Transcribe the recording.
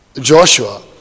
Joshua